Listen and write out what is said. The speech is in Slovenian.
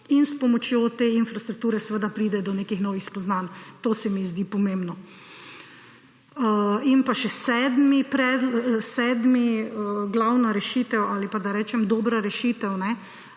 in s pomočjo te infrastrukture, seveda pride do nekih novih spoznanj. To se mi zdi pomembno. Pa še sedma, glavna rešitev ali, da rečem, dobra rešitev.